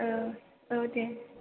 औ औ दे